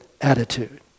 attitude